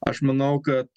aš manau kad